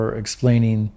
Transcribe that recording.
explaining